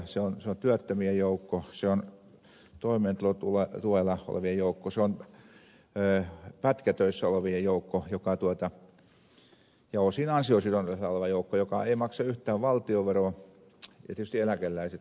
se on työttömien joukko se on toimeentulotuella olevien joukko se on pätkätöissä olevien joukko ja osin ansiosidonnaisella olevien joukko jotka eivät maksa yhtään valtionveroa ja tietysti eläkeläiset opiskelijat